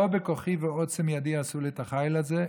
לא כוחי ועוצם ידי עשו לי את החיל הזה,